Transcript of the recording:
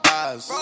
eyes